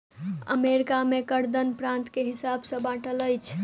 America में कर दर प्रान्त के हिसाब सॅ बाँटल अछि